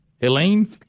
Helene